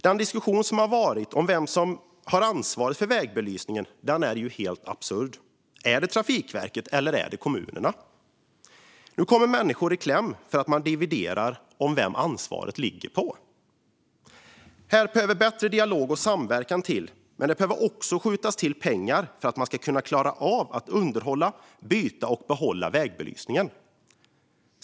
Den diskussion som har varit om vem som har ansvaret för vägbelysningen är helt absurd: Är det Trafikverket eller är det kommunerna? Nu kommer människor i kläm för att man dividerar om vem ansvaret ligger på. Här behöver bättre dialog och samverkan till. Men det behöver också skjutas till pengar för att man ska kunna klara av att underhålla, byta och behålla vägbelysningen.